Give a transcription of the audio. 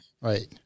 right